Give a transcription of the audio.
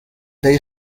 they